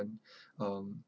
um